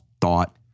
thought